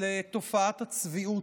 לתופעת הצביעות,